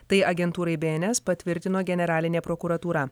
tai agentūrai be en es patvirtino generalinė prokuratūra